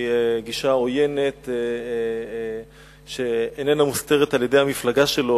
גישה עוינת שאיננה מוסתרת על-ידי המפלגה שלו.